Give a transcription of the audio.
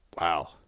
Wow